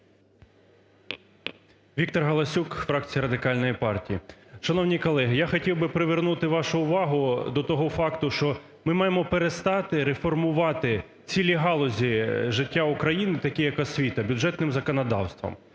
Віктор Галасюк, фракція Радикальної партії. Шановні колеги, я хотів би привернути вашу увагу до того факту, що ми маємо перестати реформувати цілі галузі життя України, такі як освіта, бюджетним законодавством.